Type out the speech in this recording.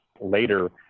later